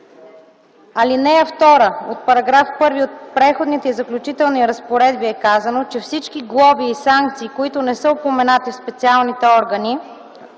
ал. 2 от § 1 от Преходните и заключителни разпоредби е казано, че всички глоби и санкции, които не са упоменати от специални закони,